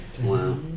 Wow